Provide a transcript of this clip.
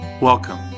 Welcome